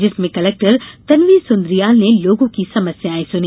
जिसमें कलेक्टर तन्वी सुन्द्रियाल ने लोगों की समस्याएं सुनी